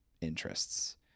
interests